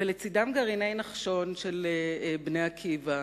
ולצדם גרעיני נחשון של "בני עקיבא",